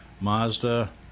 Mazda